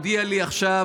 הודיע לי עכשיו,